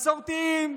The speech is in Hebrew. מסורתיים,